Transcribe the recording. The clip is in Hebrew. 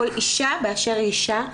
כל אישה באשר היא אישה,